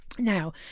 Now